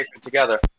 together